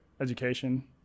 Education